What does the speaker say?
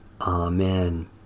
Amen